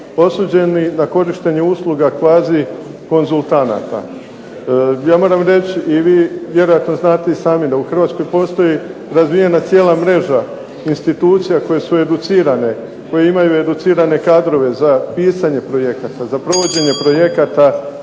osuđeni na korištenje usluga kvazi konzultanata. Ja moram reći i vi vjerojatno znate i sami da u Hrvatskoj postoji razvijena cijela mreža institucija koje su educirane, koje imaju educirane kadrove za pisanje projekata, za provođenje projekata